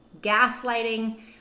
gaslighting